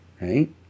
right